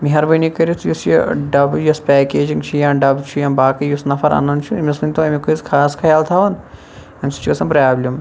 مہربٲنی کٔرِتھ یُس یہِ ڈَبہٕ یۄس پیکیٚجِنٛگ چھِ یا ڈَبہٕ چھُ یا باقی یُس نَفَر اَنان چھُ امِس ؤنتو امیُک ٲسۍزِ خاص خَیال تھاوان امہ سۭتۍ چھِ گَژھان پرابلِم